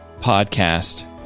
podcast